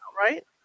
right